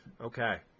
Okay